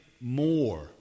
more